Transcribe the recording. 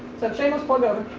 so shameless plug over.